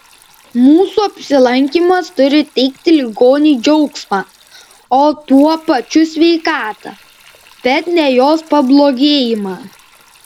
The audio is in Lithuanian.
mūsų apsilankymas turi teikti ligoniui džiaugsmą o tuo pačiu sveikatą bet ne jos pablogėjimą